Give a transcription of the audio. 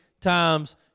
times